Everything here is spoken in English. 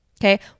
Okay